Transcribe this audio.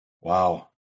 Wow